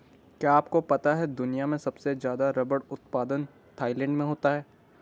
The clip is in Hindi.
क्या आपको पता है दुनिया में सबसे ज़्यादा रबर उत्पादन थाईलैंड में होता है?